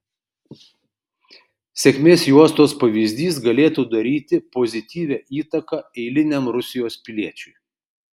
sėkmės juostos pavyzdys galėtų daryti pozityvią įtaką eiliniam rusijos piliečiui